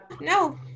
no